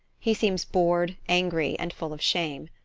he seems bored, angry, and full of shame.